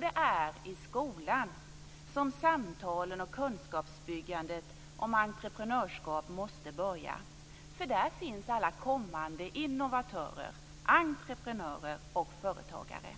Det är i skolan som samtalen och kunskapsbyggandet om entreprenörskap måste börja, för där finns alla kommande innovatörer, entreprenörer och företagare.